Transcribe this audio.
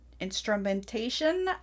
Instrumentation